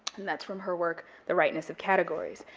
and that's from her work, the rightness of categories,